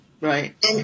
right